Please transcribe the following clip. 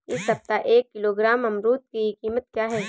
इस सप्ताह एक किलोग्राम अमरूद की कीमत क्या है?